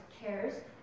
cares